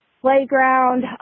playground